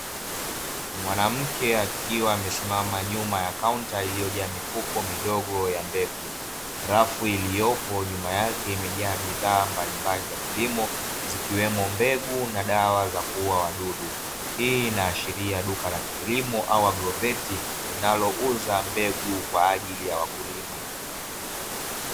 Mwanamke akiwa amesimama nyuma ya kaunta iliyojaa mifuko midogo ya mbegu , rafu iliyoko nyuma yake imejaa bidhaa mbalimbali za kilimo zikiweko mbegu na dawa za kuulia wadudu , hii inaashiria ni duka la kilimo au haidroveti linalouza mbegu kwaajili ya wakulima.